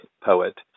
poet